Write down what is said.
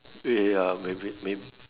ya maybe may